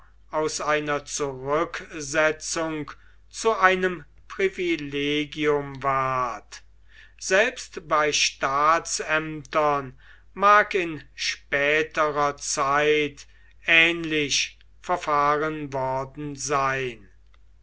aus einer zurücksetzung zu einem privilegium ward selbst bei staatsämtern mag in späterer zeit ähnlich verfahren worden sein